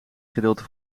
gedeelte